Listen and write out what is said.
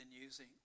using